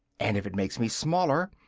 and if it makes me smaller,